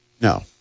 No